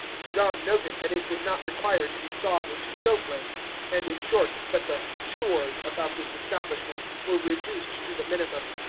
john noted that it did not require to be sawed into stove-lengths and, in short, that the chores about this establishment were reduced to the minimum.